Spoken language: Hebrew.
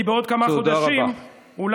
תודה רבה.